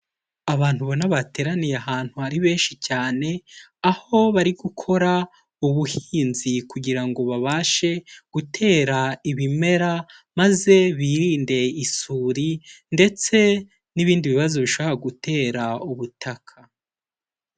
Abantu ubona bateraniye ahantu ari benshi cyane, aho bari gukora ubuhinzi kugira ngo babashe gutera ibimera, maze birinde isuri ndetse n'ibindi bibazo bishobora gutera ubutaka.